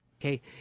okay